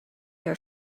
your